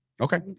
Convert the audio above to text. Okay